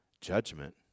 judgment